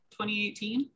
2018